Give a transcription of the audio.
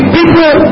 People